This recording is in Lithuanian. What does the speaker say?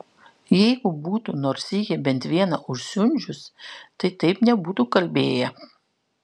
jeigu būtų nors sykį bent vieną užsiundžius tai taip nebūtų kalbėję